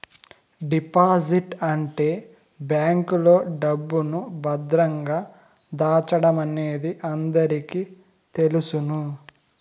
deposit అంటే బ్యాంకులో డబ్బును భద్రంగా దాచడమనేది అందరికీ తెలుసును